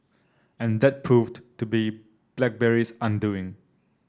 and that proved to be BlackBerry's undoing